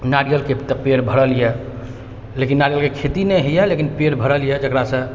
नारियलके तऽ पेड़ भरल अइ लेकिन नारियलके खेती नहि होइए लेकिन पेड़ भरल अइ जकरासँ